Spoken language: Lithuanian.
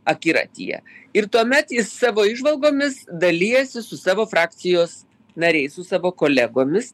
akiratyje ir tuomet jis savo įžvalgomis dalijasi su savo frakcijos nariais su savo kolegomis